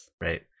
Right